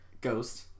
Ghost